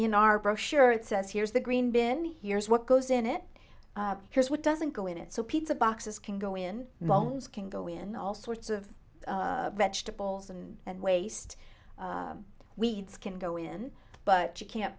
in our brochure it says here's the green bin here's what goes in it here's what doesn't go in it so pizza boxes can go in mom's can go in all sorts of vegetables and and waste weeds can go in but you can't